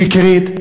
שקרית,